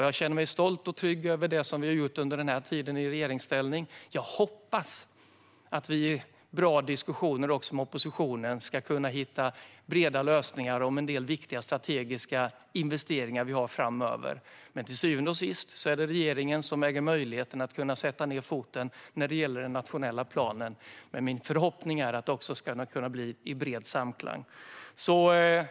Jag känner mig stolt och trygg över vad vi har gjort hittills i regeringsställning. Jag hoppas att vi genom bra diskussioner med oppositionen kan hitta breda lösningar om en del viktiga strategiska investeringar som behövs framöver, men till syvende och sist är det regeringen som äger möjligheten att sätta ned foten när det gäller den nationella planen. Min förhoppning är dock att det också ska bli i bred samklang.